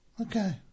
Okay